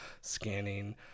scanning